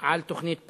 על תוכנית פראוור,